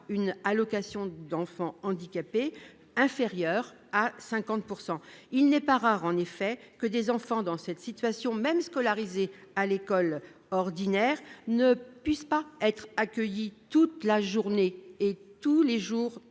d'éducation de l'enfant handicapé inférieure à 50 %. Il n'est pas rare, en effet, que des enfants dans cette situation, même scolarisés à l'école ordinaire, ne puissent pas être accueillis toute la journée et tous les jours